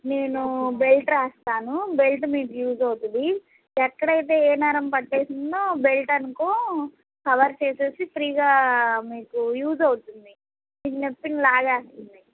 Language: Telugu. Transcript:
నేను బెల్ట్ రాస్తాను బెల్ట్ మీకు యూజ్ అవుతుంది ఎక్కడైతే ఏ నరం పట్టేసిందో బెల్ట్ అందుకు కవర్ చేసేసి ఫ్రీగా మీకు యూజ్ అవుతుంది మీ నొప్పిని లాగేస్తుంది